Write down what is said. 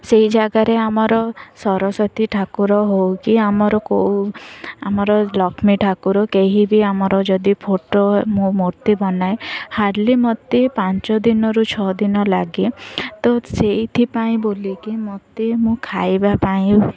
ସେଇ ଜାଗାରେ ଆମର ସରସ୍ଵତୀ ଠାକୁର ହଉ କି ଆମର କୋଉ ଆମର ଲକ୍ଷ୍ମୀ ଠାକୁର କେହି ବି ଆମର ଯଦି ଫଟୋ ମୁଁ ମୂର୍ତ୍ତି ବନାଏ ହାର୍ଡ଼ଲି ମୋତେ ପାଞ୍ଚ ଦିନରୁ ଛଅ ଦିନ ଲାଗେ ତ ସେଇଥିପାଇଁ ବୋଲିକି ମୋତେ ମୁଁ ଖାଇବା ପାଇଁ